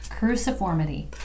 cruciformity